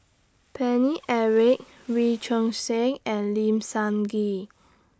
Paine Eric Wee Choon Seng and Lim Sun Gee